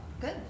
Good